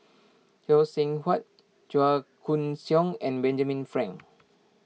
Phay Seng Whatt Chua Koon Siong and Benjamin Frank